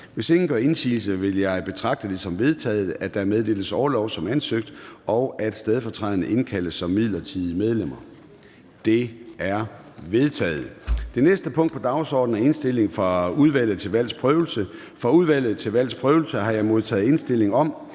Hvis ingen gør indsigelse, vil jeg betragte det som vedtaget, at der meddeles orlov som ansøgt, og at stedfortræderne indkaldes som midlertidige medlemmer. Det er vedtaget. --- Det næste punkt på dagsordenen er: 2) Indstilling fra Udvalget til Valgs Prøvelse: Godkendelse af stedfortræder som midlertidigt